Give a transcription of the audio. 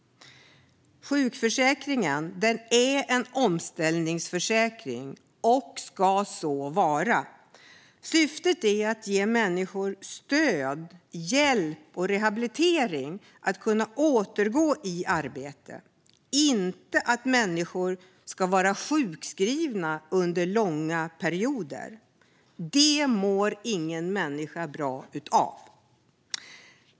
Sjukförsäkringen är en omställningsförsäkring och ska så vara. Syftet är att ge människor stöd, hjälp och rehabilitering för att kunna återgå i arbete, inte att människor ska vara sjukskrivna under långa perioder. Det mår ingen människa bra av.